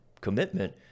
commitment